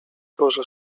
boże